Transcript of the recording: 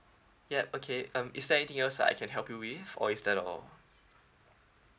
yup okay um is there anything else that I can help you with or is that all